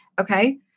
Okay